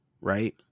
right